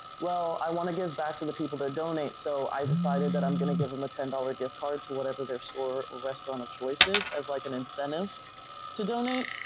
well i wanna give back to the people that donate, so i decided that i'm gonna give em a ten dollar gift card to whatever their store or restaurant of choice is as like an incentive to donate,